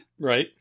Right